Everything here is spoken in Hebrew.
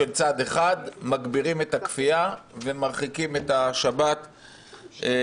של צד אחד מגבירים את הכפייה ומרחיקים את השבת מעצמה.